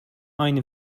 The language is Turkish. aynı